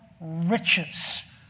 riches